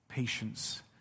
patience